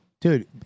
Dude